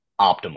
optimal